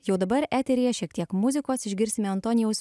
jau dabar eteryje šiek tiek muzikos išgirsime antonijaus